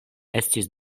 estis